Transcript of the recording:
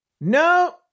No